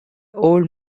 old